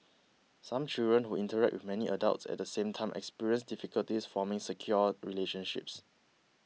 some children who interact with many adults at the same time experience difficulties forming secure relationships